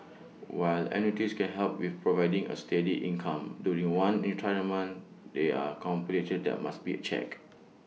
while annuities can help with providing A steady income during one's retirement there are that must be checked